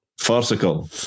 farcical